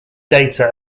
data